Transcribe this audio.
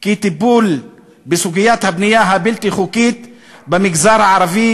כי טיפול בסוגיית הבנייה הבלתי-חוקית במגזר הערבי